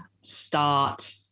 start